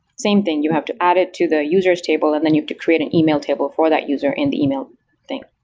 same thing. you have to add it to the user s table and then you have to create an email table for that user in the email thing.